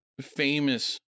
famous